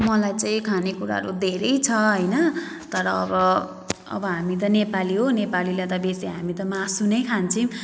मलाई चाहिँ खानेकुराहरू धेरै छ हैन तर अब अब हामी त नेपाली हो नेपालीलाई त बेसी हामी त मासु नै खान्छौँ